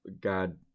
God